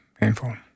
painful